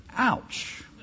Ouch